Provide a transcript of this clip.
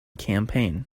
campaign